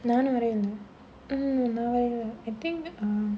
நானும் வரையணும்:naanum varaiyanum mm நா வரைவேன்:naa varaivaen I think err